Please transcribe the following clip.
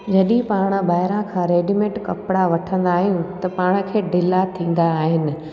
जॾहिं पाण ॿाहिरा खां रेडीमेड कपिड़ा वठंदा आहियूं त पाण खे ढीला थींदा आहिनि